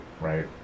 right